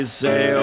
say